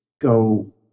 go